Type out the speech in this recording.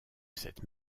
cette